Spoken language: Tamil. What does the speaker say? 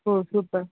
ஓ சூப்பர்